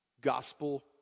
gospel